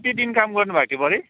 कति दिन काम गर्नु भएको थियो बडी